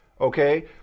okay